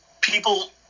people